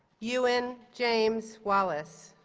ewan james wallace